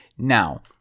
Now